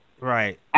Right